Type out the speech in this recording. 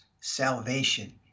salvation